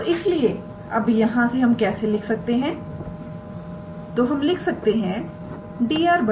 और इसलिए अब यहां से हम कैसे लिख सकते हैं तो हम लिख सकते हैं 𝑑𝑟⃗ 𝑑𝑠